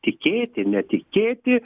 tikėti netikėti